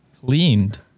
Cleaned